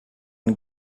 and